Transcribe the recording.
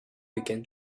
began